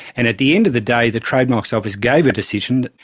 and at the end of the day the trademarks office gave a decision,